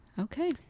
Okay